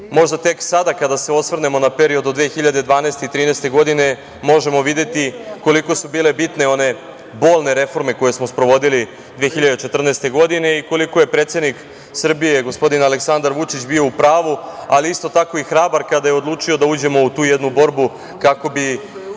možda tek sada kada se osvrnemo na period od 2012. i 2013. godine možemo videti koliko su bile bitne one bolne reforme koje smo sprovodili 2014. godine i koliko je predsednik Srbije, gospodin Aleksandar Vučić bio u pravu, ali isto tako i hrabar kada je odlučio da uđemo u tu jednu borbu kako bi